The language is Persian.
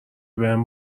بهم